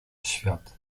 świat